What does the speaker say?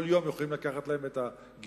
כל יום יכולים לקחת להם את הגיור,